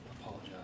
apologize